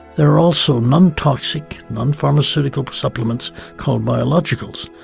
there are also non-toxic, non-pharmaceutical supplements called biologicals,